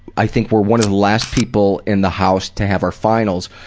i think, were one of the last people in the house to have our finals,